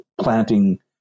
planting